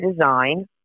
design